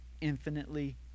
infinitely